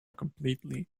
completely